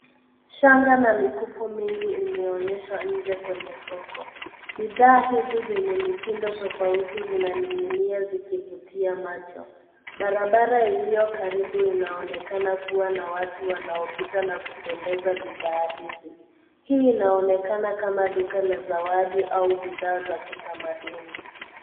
Shanga na mikufu mingi imeonyeshwa nje kwenye soko. Bidhaa hizi zenye mitindo tofauti zinaning'inia zikivutia macho. Barabara iliyo karibu inaonekana kuwa na watu wanaopita na kupendeza bidhaa hizi. Hii inaonekana kama duka la zawadi au bidhaa za kitamanduni.